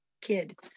kid